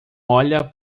olha